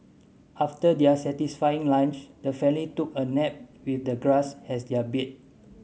after their satisfying lunch the family took a nap with the grass as their bed